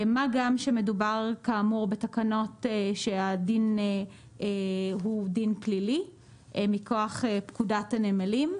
מה גם שמדובר כאמור בתקנות שהדין הוא דין פלילי מכוח פקודת הנמלים,